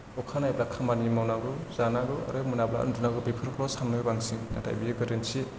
अखा नायब्ला खामानि मावनांगौ जानांगौ आरो मोनाब्ला उन्दुनांगौ बेफोरखौल' सानो बांसिन नाथाय बियो गोरोन्थि